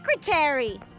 secretary